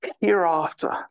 Hereafter